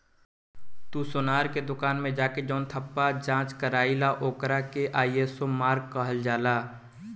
तू सोनार के दुकान मे जवन ठप्पा के जाँच कईल ओकर के आई.एस.ओ मार्क कहल जाला